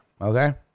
Okay